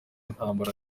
intambara